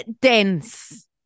dense